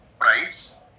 Price